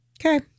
Okay